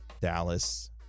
Dallas